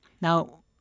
now